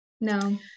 No